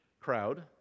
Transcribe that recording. crowd